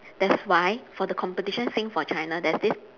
that's why for the competition sing for china there's this